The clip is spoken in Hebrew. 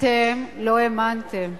אתם לא האמנתם.